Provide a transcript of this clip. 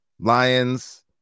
lions